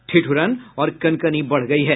ठिठुरन और कनकनी बढ़ गयी है